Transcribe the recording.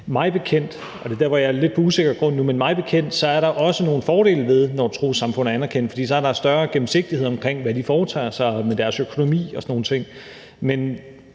mig bekendt – og det er der, hvor jeg er lidt på usikker grund nu – er der også nogle fordele ved, at et trossamfund er anerkendt, for så er der en større gennemsigtighed omkring, hvad de foretager sig, og i forhold til deres økonomi og sådan nogle ting. Men